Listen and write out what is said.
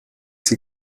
sie